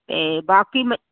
ਤੇ ਬਾਕੀ